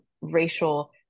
racial